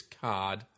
card